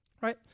Right